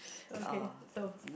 okay so